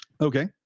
Okay